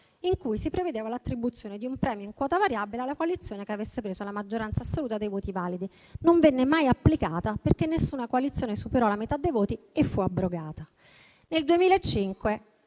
in cui si prevedeva l'attribuzione di un premio in quota variabile alla coalizione che avesse preso la maggioranza assoluta dei voti validi. Non venne mai applicata, perché nessuna coalizione superò la metà dei voti, e fu abrogata. Nel 2005